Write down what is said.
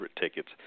tickets